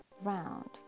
round